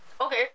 Okay